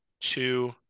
two